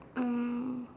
um